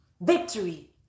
Victory